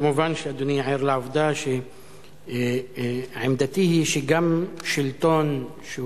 כמובן שאדוני ער לעובדה שעמדתי היא שגם שלטון שהוא